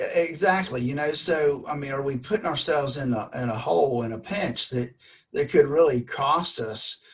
ah exactly. you know, so, i mean are we putting ourselves in ah in a hole, in a pinch that could really cost us